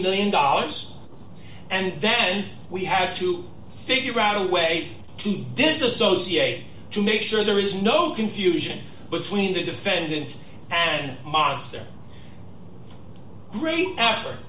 thousand dollars and then we had to figure out a way to disassociate to make sure there is no confusion between the defendant and monster really after